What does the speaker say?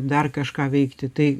dar kažką veikti tai